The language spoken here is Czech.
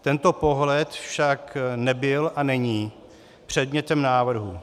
Tento pohled však nebyl a není předmětem návrhu.